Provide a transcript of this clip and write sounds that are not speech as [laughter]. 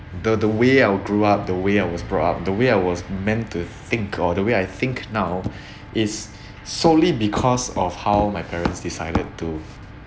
the the way I grew up the way I was brought the way I was meant to think or the way I think now [breath] is solely because of how my parents decided to